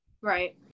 right